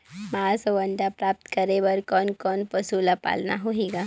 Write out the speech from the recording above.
मांस अउ अंडा प्राप्त करे बर कोन कोन पशु ल पालना होही ग?